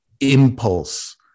impulse